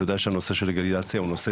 אתה יודע שהנושא של לגליזציה הוא נושא